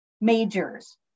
majors